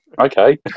Okay